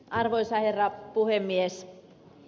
arvoisa herra puhemies